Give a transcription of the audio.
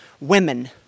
women